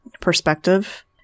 perspective